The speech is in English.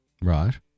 Right